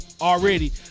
already